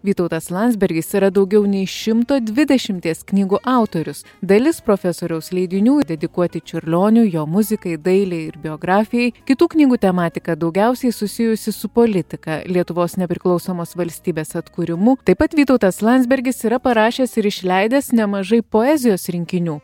vytautas landsbergis yra daugiau nei šimto dvidešimties knygų autorius dalis profesoriaus leidinių dedikuoti čiurlioniui jo muzikai dailei ir biografijai kitų knygų tematika daugiausiai susijusi su politika lietuvos nepriklausomos valstybės atkūrimu taip pat vytautas landsbergis yra parašęs ir išleidęs nemažai poezijos rinkinių